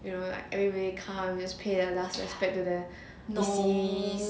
you know like everybody come just pay their last respects to their deceased